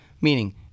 meaning